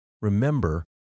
Remember